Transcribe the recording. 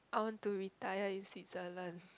I want to retire in Switzerland